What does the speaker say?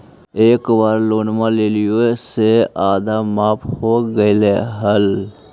एक बार लोनवा लेलियै से आधा माफ हो गेले हल?